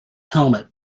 helmet